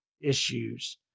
issues